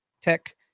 Tech